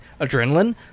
Adrenaline